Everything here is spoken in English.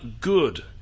good